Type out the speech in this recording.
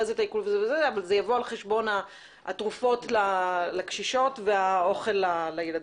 אבל זה יבוא על חשבון התרופות לקשישות והאוכל לילדים.